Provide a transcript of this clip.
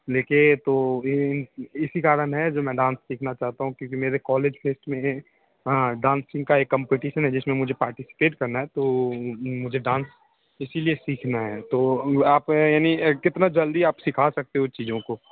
देखिये तो इसी कारण है जो मैं डांस सीखना चाहता हूँ क्योंकि मेरे कॉलेज फेस्ट में डांसिंग का एक कंपटीशन है जिसमें मुझे पार्टिसिपेट करना है तो मुझे डांस इसीलिए सीखना है तो आप यानी कितना जल्दी आप सीख सकते हो चीजों को